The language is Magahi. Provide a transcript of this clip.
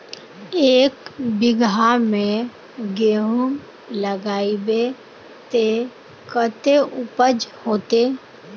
एक बिगहा में गेहूम लगाइबे ते कते उपज होते?